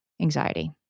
anxiety